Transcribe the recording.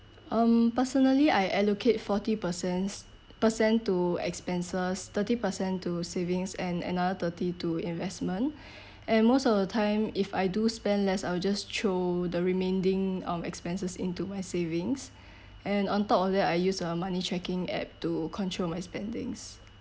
um personally I allocate forty percents percent to expenses thirty percent to savings and another thirty to investment and most of the time if I do spend less I'll just throw the remaining um expenses into my savings and on top of that I use a money tracking app to control my spendings